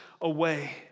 away